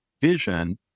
vision